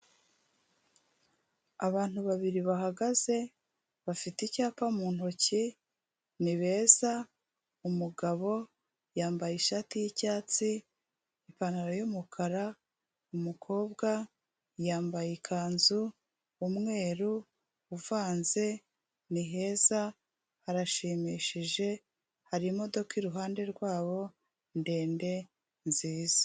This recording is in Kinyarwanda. Abantu babiri bahagaze bafite icyapa mu ntoki ni beza umugabo yambaye ishati y'icyatsi ipantaro y'umukara umukobwa yambaye ikanzu umweru uvanze ni heza, harashimishije hari imodoka iruhande rwabo ndende nziza.